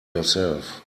yourself